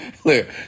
Clear